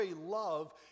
love